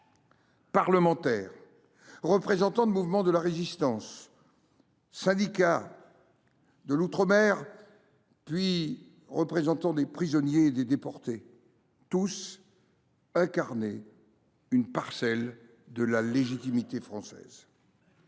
Parlementaires, représentants de mouvements de la Résistance, de syndicats, de l’outre mer, puis de prisonniers et de déportés, tous incarnaient une parcelle de la légitimité française.